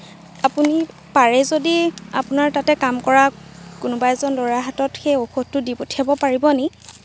আপুনি পাৰে যদি আপোনাৰ তাতে কাম কৰা কোনোবা এজন ল'ৰাৰ হাতত সেই ঔষধটো দি পঠিয়াব পাৰিব নি